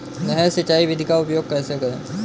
नहर सिंचाई विधि का उपयोग कैसे करें?